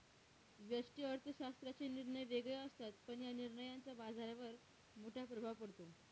व्यष्टि अर्थशास्त्राचे निर्णय वेगळे असतात, पण या निर्णयांचा बाजारावर मोठा प्रभाव पडतो